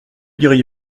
diriez